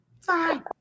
fine